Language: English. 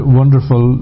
wonderful